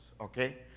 okay